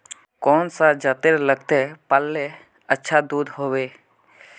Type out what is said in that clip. कौन सा जतेर लगते पाल्ले अच्छा दूध होवे?